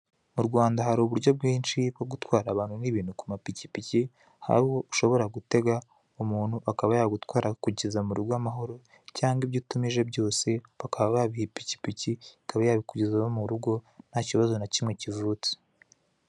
Mu Rwanda hari uburyo bwinshi bwo gutwara abantu n'ibintu ku mapikipiki, aho ushobora gutega umuntu akaba yagutwara akakugeza mu rugo amahoro cyangwa ibyo utumije byose bakaba babiha ipikipiki, ikaba yabikigezahp mu rugo ntakibazo na kimwe kivutse.